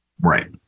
Right